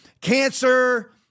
cancer